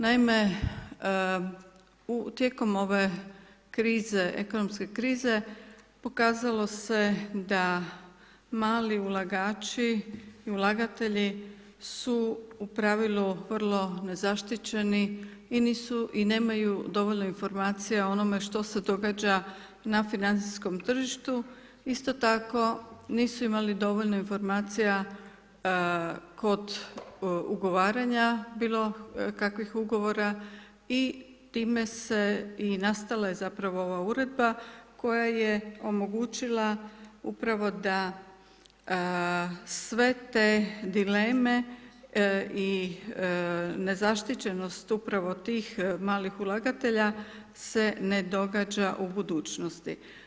Naime, tijekom ove krize, ekonomske krize pokazalo se da mali ulagači, ulagatelji su u pravilu vrlo nezaštićeni i nisu i nemaju dovoljno informacija o onome što se događa na financijskom tržištu, isto tako nisu imali dovoljno informacija kod ugovaranja bilo kakvih ugovora i time se i nastala je zapravo ova uredba koja je omogućila upravo da sve te dileme i nezaštićenost upravo tih malih ulagatelja se ne događa u budućnosti.